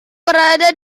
berada